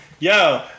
Yo